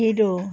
hero